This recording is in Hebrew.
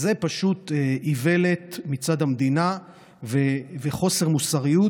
זה פשוט איוולת מצד המדינה וחוסר מוסריות,